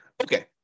Okay